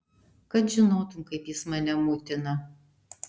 kad žinotum kaip jis mane mutina